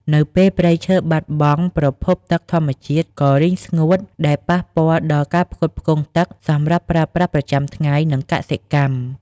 នៅពេលព្រៃឈើបាត់បង់ ប្រភពទឹកធម្មជាតិក៏រីងស្ងួត ដែលប៉ះពាល់ដល់ការផ្គត់ផ្គង់ទឹកសម្រាប់ប្រើប្រាស់ប្រចាំថ្ងៃ និងកសិកម្ម។